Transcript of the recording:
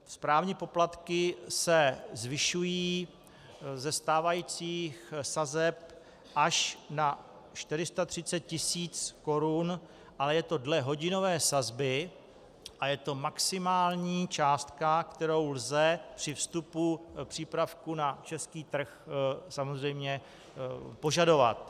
Správní poplatky se zvyšují ze stávajících sazeb až na 430 tisíc korun, ale je to dle hodinové sazby a je to maximální částka, kterou lze při vstupu přípravku na český trh samozřejmě požadovat.